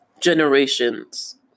generations